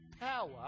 power